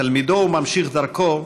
תלמידו וממשיך דרכו,